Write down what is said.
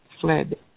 fled